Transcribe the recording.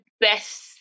best